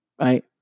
right